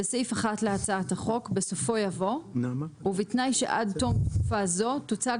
בסעיף 1 להצעת החוק בסופו יבוא 'ובתנאי שעד תום תקופה זו תוצג